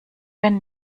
wenn